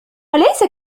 أليس